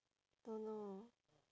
don't know